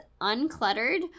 uncluttered